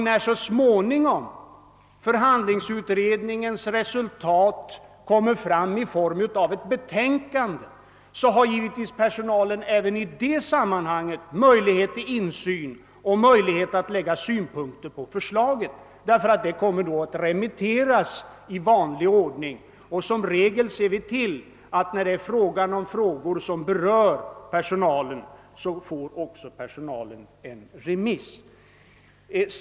När förhandlingsutredningens resultat så småningom framläggs i form av ett betänkande, har personalen givetvis även i detta sammanhang möjlighet till insyn och möjlighet att anlägga synpunkter på förslaget, ty detta kommer då att remitteras i vanlig ordning, och som regel ser vi till att personalorganisationerna då det gäller frågor som berör personalen också får förslaget på remiss.